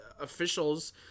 officials